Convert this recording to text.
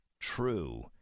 true